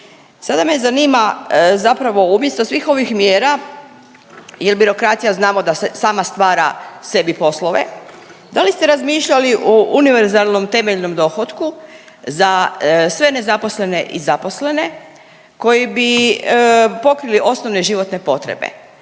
Sada me zanima, zapravo umjesto svih ovih mjera jer birokracija znamo da se sama stvara sebi poslove, da li ste razmišljali o univerzalnom temeljnom dohotku za sve nezaposlene i zaposlene koji bi pokrili osnovne životne potrebe,